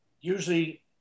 Usually